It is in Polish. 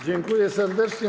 Dziękuję serdecznie.